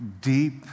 deep